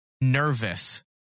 nervous